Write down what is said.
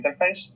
interface